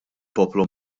poplu